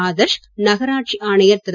ஆதர்ஷ் நகராட்சி ஆணையர் திரு